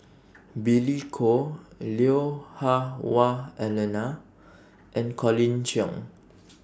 Billy Koh Lui Hah Wah Elena and Colin Cheong